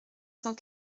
cent